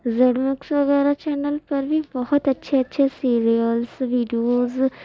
Z Max وغیرہ channel پر بھی بہت اچھے اچھے سیریلس ویڈیوز